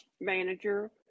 manager